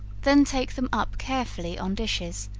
then take them up carefully on dishes,